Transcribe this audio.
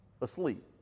asleep